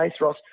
Ross